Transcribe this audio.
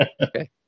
okay